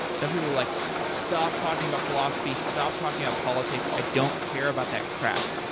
some people like stop talking about philosophy, stop talking about politics. i don't care about that crap.